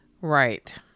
Right